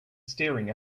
staring